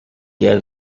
yet